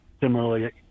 Similarly